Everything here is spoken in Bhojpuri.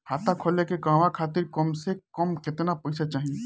खाता खोले के कहवा खातिर कम से कम केतना पइसा चाहीं?